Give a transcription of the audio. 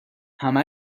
همه